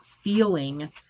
feeling